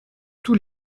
tous